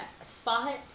spot